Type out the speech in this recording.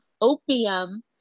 opium